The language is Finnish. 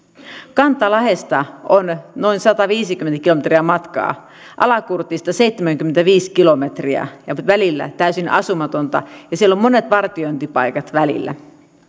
kantalahdesta on noin sataviisikymmentä kilometriä matkaa alakurtista seitsemänkymmentäviisi kilometriä ja välillä täysin asumatonta ja siellä on monet vartiointipaikat välillä